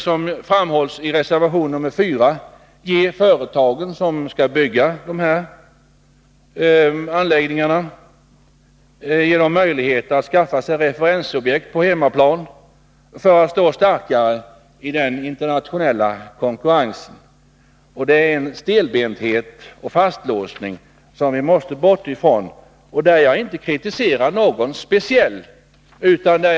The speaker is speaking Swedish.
Som framhålls i reservation 4 måste de företag som skall bygga de aktuella anläggningarna få möjligheter att skaffa sig referensobjekt på hemmaplan, så att de kan bli starkare i den internationella konkurrensen. Härvidlag kan man konstatera en stelbenthet och fastlåsning som vi måste se till att vi slipper. Jag riktar inte kritik mot något speciellt håll.